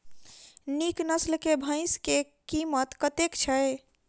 नीक नस्ल केँ भैंस केँ कीमत कतेक छै?